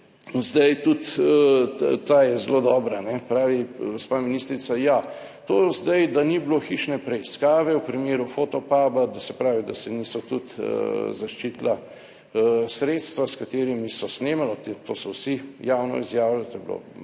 Zdaj, tudi ta je zelo dobra, pravi gospa ministrica, ja, to zdaj, da ni bilo hišne preiskave v primeru Fotopuba, da se pravi, da se niso tudi zaščitila sredstva, s katerimi so snemali, to so vsi javno izjavili, to